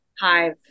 Hive